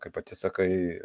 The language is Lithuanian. kaip pati sakai